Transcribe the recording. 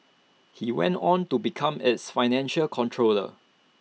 he went on to become its financial controller